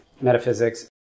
metaphysics